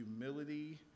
humility